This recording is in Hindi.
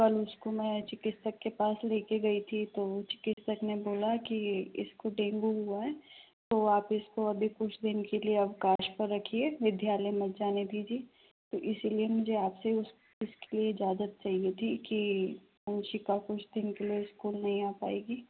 कल उसको मैं चिकित्सक के पास लेके गई थी तो चिकित्सक ने बोला कि इसको डेंगु हुआ है तो आप इसको अभी कुछ दिन के लिए अवकाश पर रखिए विद्यालय मत जाने दीजिए तो इसीलिए मुझे आपसे उसके लिए इजाजत चाहिए थी कि वांशिक कुछ दिन के लिए स्कूल नहीं आ पाएगी